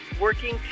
working